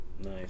Nice